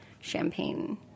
champagne